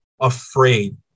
afraid